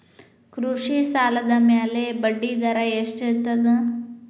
ಕೃಷಿ ಸಾಲದ ಮ್ಯಾಲೆ ಬಡ್ಡಿದರಾ ಎಷ್ಟ ಇರ್ತದ?